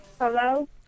Hello